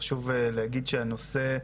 חשוב להגיד שבנושא הזה